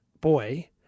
boy